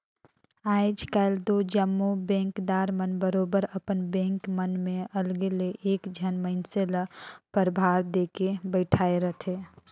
आएज काएल दो जम्मो बेंकदार मन बरोबेर अपन बेंक मन में अलगे ले एक झन मइनसे ल परभार देके बइठाएर रहथे